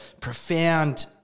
profound